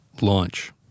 Launch